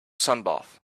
sunbathe